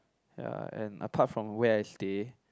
ya and apart from where I stay